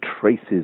traces